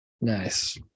Nice